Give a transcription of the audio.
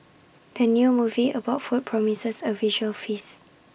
the new movie about food promises A visual feast